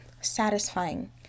satisfying